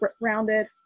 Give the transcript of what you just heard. rounded